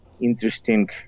interesting